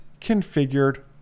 configured